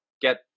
get